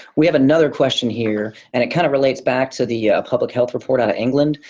we have another question here and it kind of relates back to the public health report out of england.